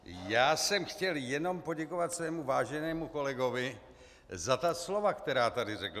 Já jsem chtěl jenom poděkovat svému váženému kolegovi za slova, která tady řekl.